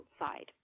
outside